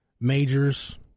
Majors